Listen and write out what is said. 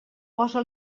posa